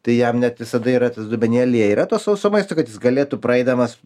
tai jam net visada yra tas dubenėlyje yra to sauso maisto kad jis galėtų praeidamas